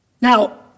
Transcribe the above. Now